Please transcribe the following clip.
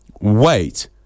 wait